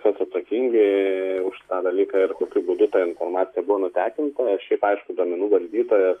kas atsakingi už tą dalyką ir kokiu būdu ta informacija buvo nutekinta o šiaip aišku duomenų valdytojas